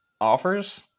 offers